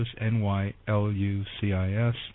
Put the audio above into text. N-Y-L-U-C-I-S